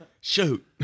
Shoot